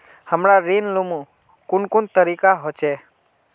हमरा ऋण लुमू कुन कुन तरीका होचे?